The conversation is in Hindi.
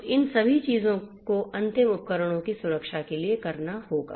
तो इन सभी चीजों को अंतिम उपकरणों की सुरक्षा के लिए करना होगा